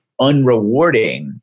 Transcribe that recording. unrewarding